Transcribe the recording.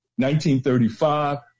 1935